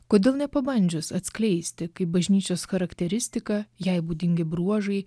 kodėl nepabandžius atskleisti kaip bažnyčios charakteristika jai būdingi bruožai